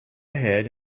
ahead